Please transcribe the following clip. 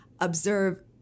observe